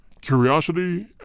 Curiosity